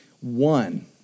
One